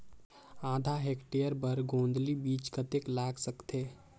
आधा हेक्टेयर बर गोंदली बीच कतेक लाग सकथे?